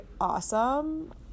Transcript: awesome